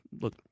look